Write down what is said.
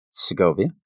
Segovia